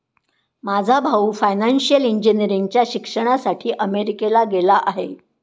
माझा भाऊ फायनान्शियल इंजिनिअरिंगच्या शिक्षणासाठी अमेरिकेला गेला आहे